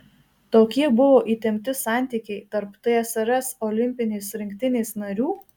tokie buvo įtempti santykiai tarp tsrs olimpinės rinktinės narių